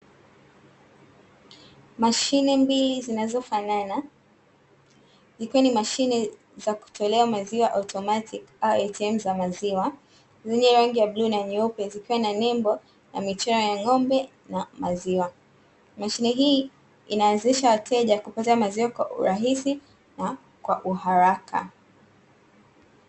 Mashine mbili zinazo fanana, ikiwa ni mashine za kutolea maziwa otomatiki au "ATM" za maziwa, iliyo na ya rangi ya bluu na nyeupe zikiwa na nembo na michoro ya ng'ombe na mziwa. Mashine hii inawezesha wateja kupata mziwa kwa urahisi na kwa uharaka.